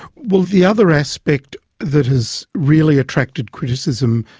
well, the other aspect that has really attracted criticism,